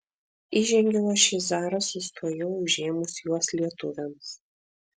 įžengiau aš į zarasus tuojau užėmus juos lietuviams